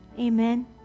Amen